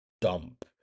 dump